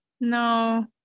no